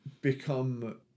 become